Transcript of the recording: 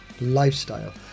lifestyle